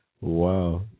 Wow